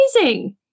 amazing